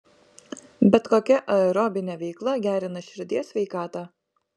bet kokia aerobinė veikla gerina širdies sveikatą